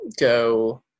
go